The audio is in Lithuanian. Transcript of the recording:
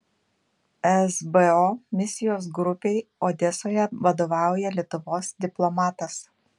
esbo misijos grupei odesoje vadovauja lietuvos diplomatas